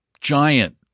giant